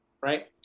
right